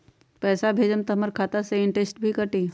पैसा भेजम त हमर खाता से इनटेशट भी कटी?